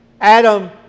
Adam